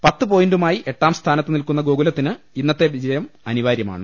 പത്ത് പോയിന്റു മായി എട്ടാം സ്ഥാ നത്ത് നിൽക്കുന്ന ഗോകുലത്തിന് ഇന്നത്തെ ജയം അനിവാര്യമാണ്